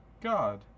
god